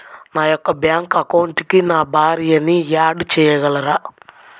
నా యొక్క బ్యాంక్ అకౌంట్కి నా భార్యని యాడ్ చేయగలరా?